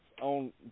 on